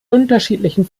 unterschiedlichen